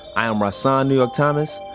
i am rahsaan new york thomas,